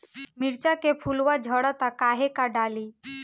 मिरचा के फुलवा झड़ता काहे का डाली?